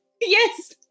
yes